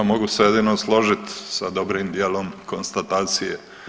Ha mogu se jedino složit sa dobrim dijelom konstatacije.